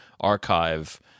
archive